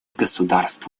государств